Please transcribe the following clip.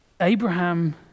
Abraham